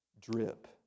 drip